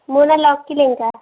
ମୋ ନାଁ ଲକି ଲେଙ୍କା